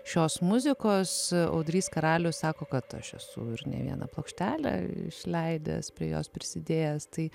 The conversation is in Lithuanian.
šios muzikos audrys karalius sako kad aš esu ir ne vieną plokštelę išleidęs prie jos prisidėjęs tai